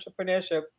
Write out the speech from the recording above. entrepreneurship